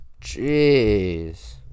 Jeez